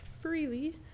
freely